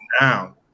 now